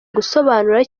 gusobanura